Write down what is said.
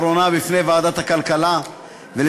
יציג את ההצעה יושב-ראש ועדת הכלכלה חבר הכנסת איתן כבל,